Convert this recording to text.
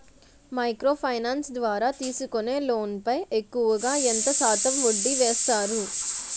Micro finance ద్వారా తీసుకునే loan పై ఎక్కువుగా ఎంత శాతం వడ్డీ వేస్తారు?